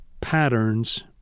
patterns